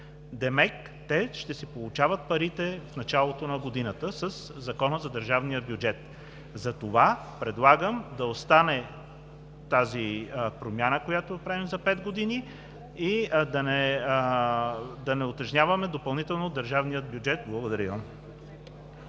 Демек те ще си получават парите в началото на годината със Закона за държавния бюджет. Затова предлагам промяната, която правим – за 5 години, да остане и да не утежняваме допълнително държавния бюджет. Благодаря